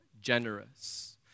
generous